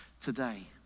today